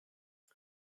see